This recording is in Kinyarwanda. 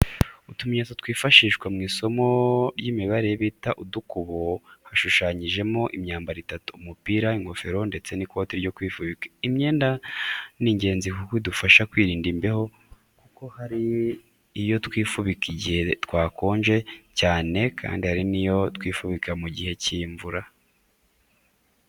Utumenyetso twifashishwa mu isomo ry'imibare bita udukubo hashushanyijemo imyambaro itatu, umupira, ingofero ndetse n'ikoti ryo kwifubika. Imyenda ni ingenzi kuko idufasha kwirinda imbeho kuko hari iyo twifubika igihe hakonje cyane kandi hari n'iyo twifashisha mu gihe cy'imvura.